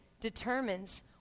determines